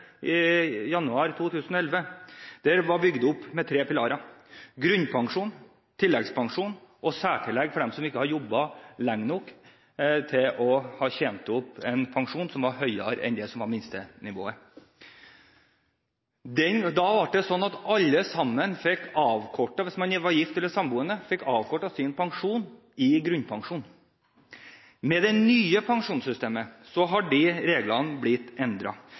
1. januar 2011, var bygget opp med tre pilarer: grunnpensjon, tilleggspensjon og særtillegg for dem som ikke hadde jobbet lenge nok til å ha tjent opp en pensjon som var høyere enn minstenivået. Da ble det sånn at alle som var gift eller samboende, fikk avkortet sin pensjon i grunnpensjon. Med det nye pensjonssystemet har disse reglene blitt